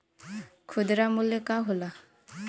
खुदरा मूल्य का होला?